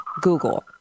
Google